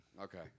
Okay